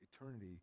eternity